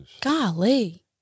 Golly